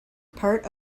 part